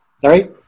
Sorry